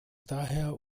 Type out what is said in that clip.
daher